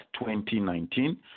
2019